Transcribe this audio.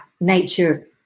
nature